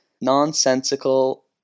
nonsensical